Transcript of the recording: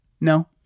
No